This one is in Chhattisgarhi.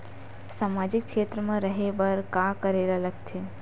सामाजिक क्षेत्र मा रा हे बार का करे ला लग थे